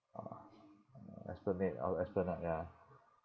orh esplanade orh esplanade ya